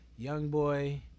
YoungBoy